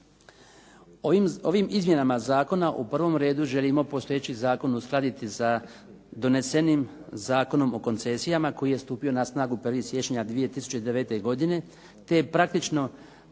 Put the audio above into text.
Ovim izmjenama zakona u prvom redu želimo postojeći zakonom uskladiti sa donesenim Zakonom o koncesijama koji je stupio na snagu 1. siječnja 2009. godine, te je praktično